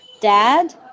dad